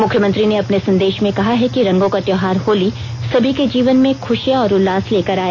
मुख्यमंत्री ने अपने संदेश में कहा है कि रंगो का त्योहार होली सभी के जीवन में खुशियां और उल्लास लेकर आए